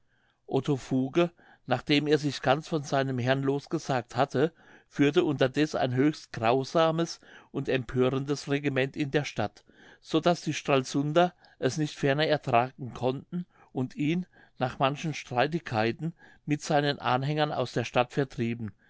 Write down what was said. otto fuge nachdem er sich ganz von seinem herrn losgesagt hatte führte unterdeß ein höchst grausames und empörendes regiment in der stadt so daß die stralsunder es nicht ferner ertragen konnten und ihn nach manchen streitigkeiten mit seinen anhängern aus der stadt vertrieben